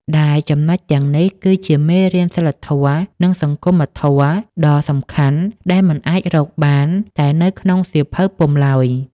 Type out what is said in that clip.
ដែលចំណុចទាំងនេះគឺជាមេរៀនសីលធម៌ និងសង្គមធម៌ដ៏សំខាន់ដែលមិនអាចរកបានតែនៅក្នុងសៀវភៅពុម្ពឡើយ។